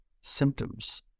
Symptoms